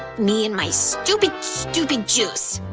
me and my stupid, stupid juice!